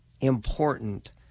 important